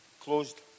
Closed